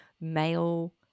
male